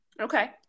Okay